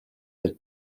del